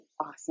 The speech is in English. awesome